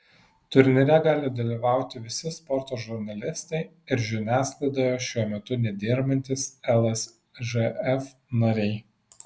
turnyre gali dalyvauti visi sporto žurnalistai ir žiniasklaidoje šiuo metu nedirbantys lsžf nariai